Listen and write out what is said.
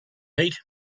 heat